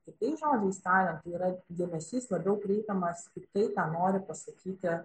kitais žodžiais tariant tai yra dėmesys labiau kreipiamas į tai ką nori pasakyti